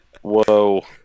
whoa